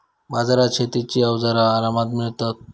बाजारात शेतीची अवजारा आरामात मिळतत